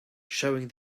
showing